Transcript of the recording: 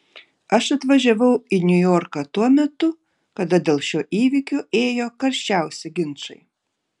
aš atvažiavau į niujorką tuo metu kada dėl šio įvykio ėjo karščiausi ginčai